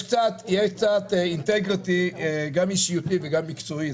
יש קצת אינטגריטי גם אישיותי וגם מקצועי.